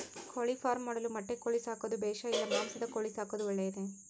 ಕೋಳಿಫಾರ್ಮ್ ಮಾಡಲು ಮೊಟ್ಟೆ ಕೋಳಿ ಸಾಕೋದು ಬೇಷಾ ಇಲ್ಲ ಮಾಂಸದ ಕೋಳಿ ಸಾಕೋದು ಒಳ್ಳೆಯದೇ?